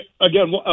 Again